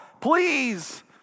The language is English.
Please